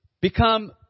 Become